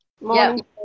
Morning